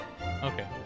Okay